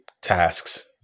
tasks